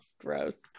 gross